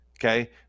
Okay